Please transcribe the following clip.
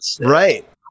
Right